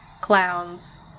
clowns